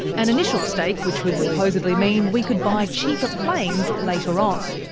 an initial stake which would supposedly mean we could buy cheaper planes later on.